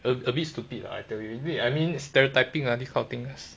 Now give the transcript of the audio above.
a bit a bit stupid lah I tell you I mean stereotyping lah this kind of thing